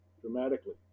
dramatically